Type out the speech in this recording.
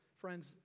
friends